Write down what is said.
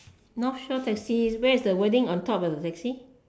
north shore taxi where is the wording on top of the taxi